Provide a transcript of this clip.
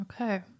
okay